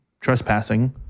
trespassing